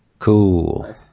Cool